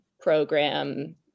program